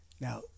Now